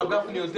ומר גפני יודע,